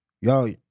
Y'all